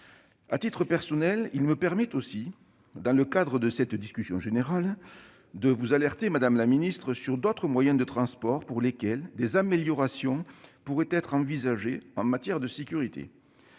À titre personnel, je saisis aussi l'occasion, dans le cadre de cette discussion générale, de vous alerter, madame la ministre, au sujet d'autres moyens de transport pour lesquels des améliorations pourraient être envisagées en matière de sécurité.